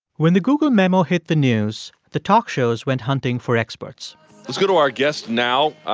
when the google memo hit the news, the talk shows went hunting for experts let's go to our guest now.